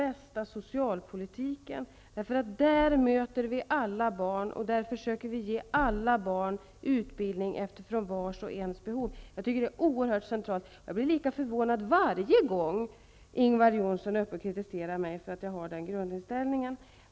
I grundskolan möter vi alla barn, och där försöker vi ge alla barn utbildning efter vars och ens behov. Jag tycker att det är oerhört centralt. Jag blir lika förvånad varje gång Ingvar Johnsson öppet kritiserar mig för att jag har denna grundinställning.